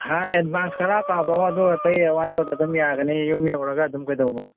ꯍꯥꯟꯅ ꯑꯦꯠꯚꯥꯟꯁ ꯈꯔ ꯀꯥꯞꯄꯛꯑꯣ ꯑꯗꯨꯒ ꯑꯇꯩ ꯑꯋꯥꯠꯄꯗꯨ ꯑꯗꯨꯝ ꯌꯥꯒꯅꯤ ꯌꯨꯝ ꯌꯧꯔꯒ ꯑꯗꯨꯝ ꯀꯩꯗꯧꯕ